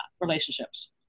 relationships